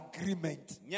agreement